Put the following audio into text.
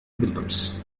بالأمس